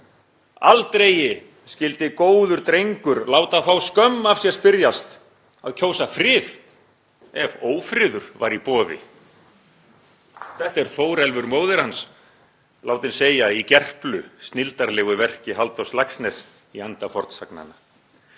„Aldregi skyldi góður dreingur láta þá skömm af sér spyrjast að kjósa frið ef ófriður var í boði.“ Þetta er Þórelfur móðir hans látin segja í Gerplu, snilldarlegu verki Halldórs Laxness í anda fornsagnanna.